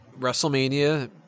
WrestleMania